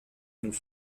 nous